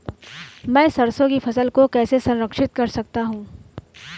मैं सरसों की फसल को कैसे संरक्षित कर सकता हूँ?